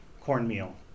cornmeal